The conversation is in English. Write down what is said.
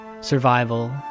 Survival